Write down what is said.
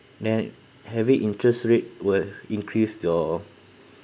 then having interest rate will increase your